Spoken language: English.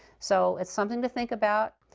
so it's something to think about.